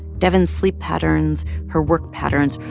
devyn's sleep patterns, her work patterns,